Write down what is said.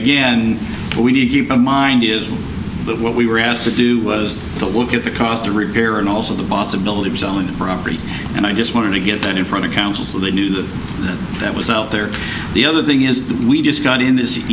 again we need to keep in mind is that what we were asked to do was to look at the cost to repair and also the possibility of selling property and i just wanted to get that in front of council so they knew that was out there the other thing is we just got in this